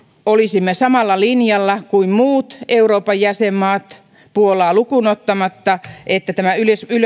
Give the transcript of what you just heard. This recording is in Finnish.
olisimme samalla linjalla kuin muut euroopan jäsenmaat puolaa lukuun ottamatta että